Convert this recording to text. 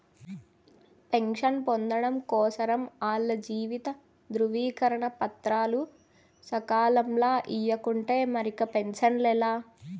pension పొందడం కోసరం ఆల్ల జీవిత ధృవీకరన పత్రాలు సకాలంల ఇయ్యకుంటే మరిక పెన్సనే లా